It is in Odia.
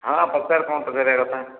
ହଁ ହଁ ପଚାରେ କ'ଣ ପଚାରିବା କଥା